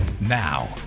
Now